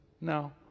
no